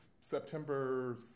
September